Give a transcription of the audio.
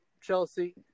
Chelsea